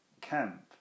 camp